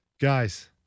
Guys